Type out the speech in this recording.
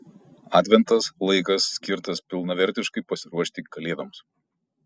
adventas laikas skirtas pilnavertiškai pasiruošti kalėdoms